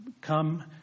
come